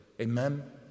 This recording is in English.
Amen